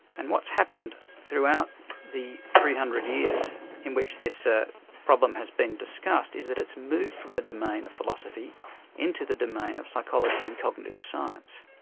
and what's happened throughout the three hundred years in which this ah problem has been discussed is that it's moved from the domain of philosophy into the domain of psychology and cognitive science.